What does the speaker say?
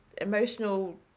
emotional